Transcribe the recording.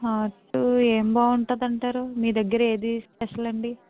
hot ఏమి బాగుంటుంది అంటారు మీ దగ్గర ఏది స్పెషల్ అండి